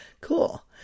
Cool